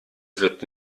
wird